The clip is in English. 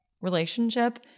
Relationship